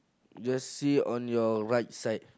just see on your right side